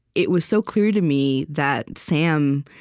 it was so clear to me that sam,